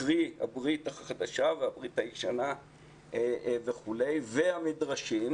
קרי הברית החדשה והברית הישנה וכו', והמדרשים,